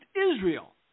Israel